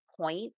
point